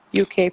uk